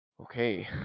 Okay